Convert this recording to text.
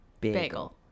Bagel